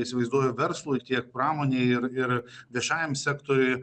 įsivaizduoju verslui tiek pramonei ir ir viešajam sektoriui